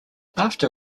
after